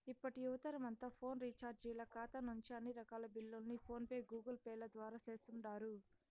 ఇప్పటి యువతరమంతా ఫోను రీచార్జీల కాతా నుంచి అన్ని రకాల బిల్లుల్ని ఫోన్ పే, గూగుల్పేల ద్వారా సేస్తుండారు